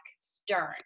Stern